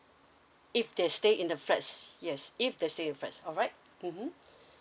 if they stay in the flats yes if they stay in flats alright mmhmm